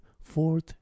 fourth